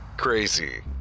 Crazy